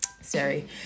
sorry